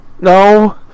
No